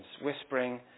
whispering